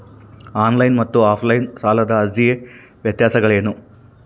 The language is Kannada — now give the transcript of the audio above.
ಆನ್ ಲೈನ್ ಮತ್ತು ಆಫ್ ಲೈನ್ ಸಾಲದ ಅರ್ಜಿಯ ವ್ಯತ್ಯಾಸಗಳೇನು?